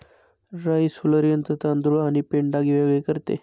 rice huller यंत्र तांदूळ आणि पेंढा वेगळे करते